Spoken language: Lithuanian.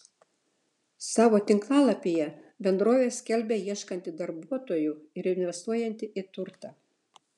savo tinklalapyje bendrovė skelbia ieškanti darbuotojų ir investuojanti į turtą